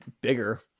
bigger